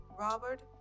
Robert